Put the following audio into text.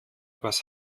was